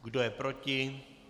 Kdo je proti?